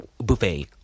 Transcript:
buffet